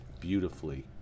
Beautifully